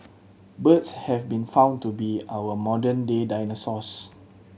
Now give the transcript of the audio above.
birds have been found to be our modern day dinosaurs